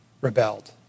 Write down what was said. rebelled